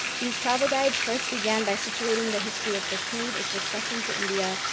these travel guides first began by situating the history of kashmir, it's accession to india,